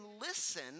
listen